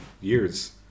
years